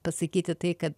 pasakyti tai kad